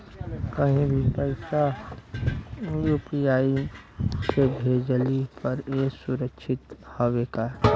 कहि भी पैसा यू.पी.आई से भेजली पर ए सुरक्षित हवे का?